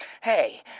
hey